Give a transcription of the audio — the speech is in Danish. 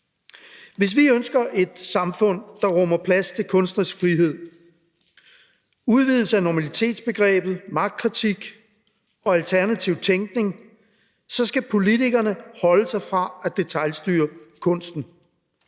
Hvis vi ønsker et samfund, der rummer plads til kunstnerisk frihed, udvidelse af normalitetsbegrebet, magtkritik og alternativ tænkning, skal politikerne holde sig fra at detailstyre kunsten.